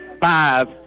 five